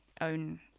own